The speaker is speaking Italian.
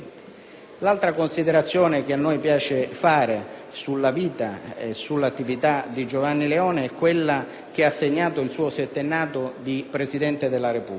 L'altra considerazione che a noi piace fare sulla vita e sull'attività di Giovanni Leone è quella che ha segnato il suo settennato di Presidente della Repubblica.